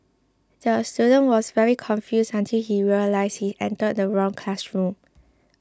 the student was very confused until he realised he entered the wrong classroom